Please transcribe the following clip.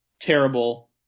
terrible